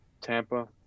Tampa